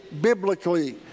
biblically